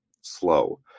slow